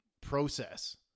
process